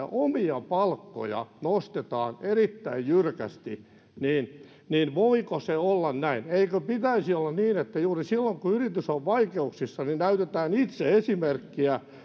omia palkkoja nostetaan erittäin jyrkästi niin niin voiko se olla näin eikö pitäisi olla niin että juuri silloin kun yritys on vaikeuksissa näytetään itse esimerkkiä ja